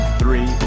three